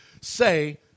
say